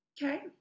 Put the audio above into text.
Okay